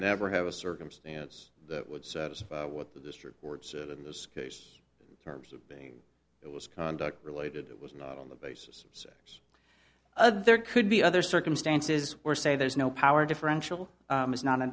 never have a circumstance that would satisfy what the district court said in this case in terms of being it was conduct related it was not on the basis of sex other there could be other circumstances where say there's no power differential is not an